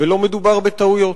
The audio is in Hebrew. ולא מדובר בטעויות.